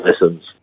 lessons